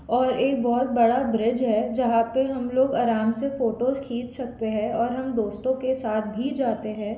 और एक बहुत बड़ा ब्रिज है जहाँ पर हम लोग आराम से फ़ोटोस खींच सकते हैं और हम दोस्तों के साथ भी जाते हैं